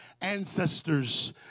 ancestors